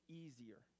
easier